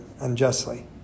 unjustly